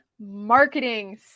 Marketing